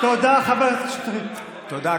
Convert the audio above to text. תודה, חברת הכנסת שטרית, תודה.